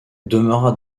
demeura